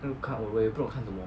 她都 cut away 不懂看什么